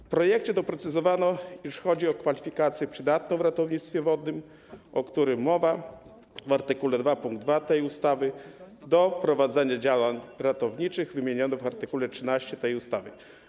W projekcie doprecyzowano, iż chodzi o kwalifikację przydatną w ratownictwie wodnym, o którym mowa w art. 2 pkt 2 tej ustawy, do prowadzenia działań ratowniczych wymienionych w art. 13 tej ustawy.